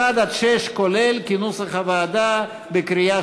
1 6 כולל, כנוסח הוועדה, בקריאה